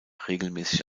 regelmäßig